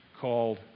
called